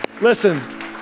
Listen